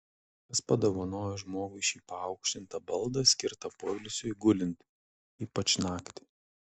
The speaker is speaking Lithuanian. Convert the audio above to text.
kas padovanojo žmogui šį paaukštintą baldą skirtą poilsiui gulint ypač naktį